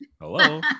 Hello